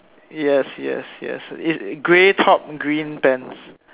yes yes yes is grey top green pants